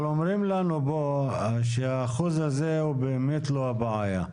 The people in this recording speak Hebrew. אבל אומרים לנו פה שהאחוז הזה הוא באמת לא הבעיה.